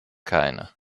keiner